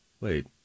wait